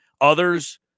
others